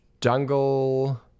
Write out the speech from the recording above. Jungle